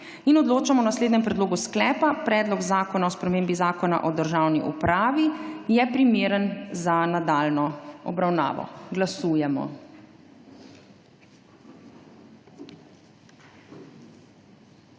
Odločamo o naslednjem predlogu slepa: Predlog zakona o spremembi Zakona o državni upravi je primeren za nadaljnjo obravnavo. Glasujemo.